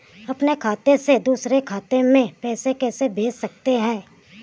अपने खाते से दूसरे खाते में पैसे कैसे भेज सकते हैं?